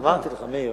אז אמרתי לך, מאיר.